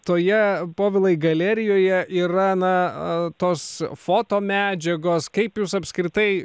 toje povilai galerijoje yra na tos foto medžiagos kaip jūs apskritai